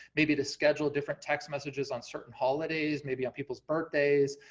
maybe to schedule different text messages on certain holidays, maybe on people's birthdays,